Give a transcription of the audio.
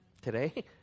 today